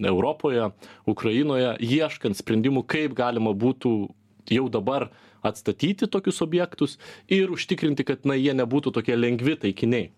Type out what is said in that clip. europoje ukrainoje ieškant sprendimų kaip galima būtų jau dabar atstatyti tokius objektus ir užtikrinti kad na jie nebūtų tokie lengvi taikiniai